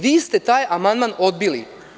Vi ste taj amandman odbili.